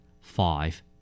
Five